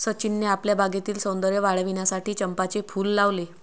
सचिनने आपल्या बागेतील सौंदर्य वाढविण्यासाठी चंपाचे फूल लावले